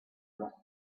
rushed